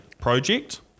project